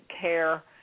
care